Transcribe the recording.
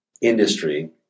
industry